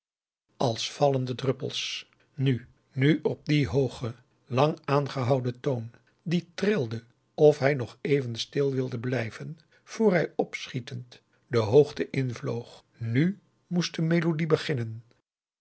als vallende droppels nu nu op dien hoogen langaangehouden toon die trilde of hij nog even stil wilde blijven voor hij opschietend de hoogte invloog nu moest de melodie beginnen